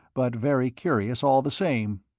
but very curious all the same.